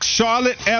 Charlotte